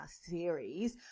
series